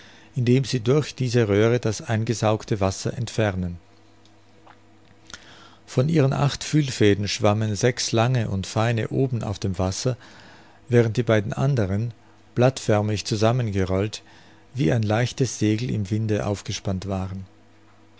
indem sie durch diese röhre das eingesaugte wasser entfernen von ihren acht fühlfäden schwammen sechs lange und seine oben auf dem wasser während die beiden anderen blattförmig zusammengerollt wie ein leichtes segel im winde aufgespannt waren